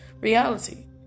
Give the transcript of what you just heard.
reality